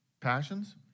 passions